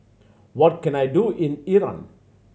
what can I do in Iran